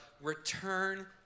return